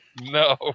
No